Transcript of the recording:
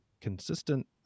consistent